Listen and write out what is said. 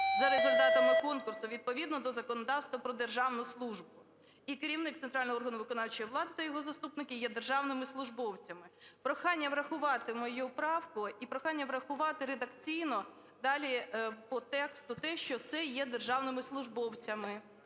за результатами конкурсу відповідно до законодавства "Про державну службу". І керівник центрального органу виконавчої влади та його заступники є державними службовцями. Прохання врахувати мою правку і прохання врахувати редакційно далі по тексту те, що це є державними службовцями.